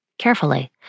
Carefully